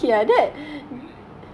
sama juga [pe] like you